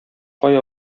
кая